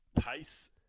pace